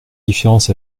différence